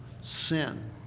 sin